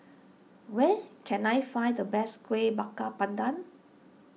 where can I find the best Kuih Bakar Pandan